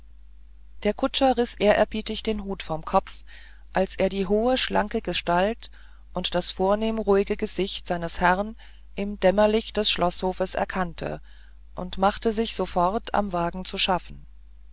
der kutscher riß ehrerbietig den hut vom kopf als er die hohe schlanke gestalt und das vornehm ruhige gesicht seines herrn im dämmerlicht des schloßhofes erkannte und machte sich sofort am wagen zu schaffen